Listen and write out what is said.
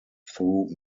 through